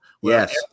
Yes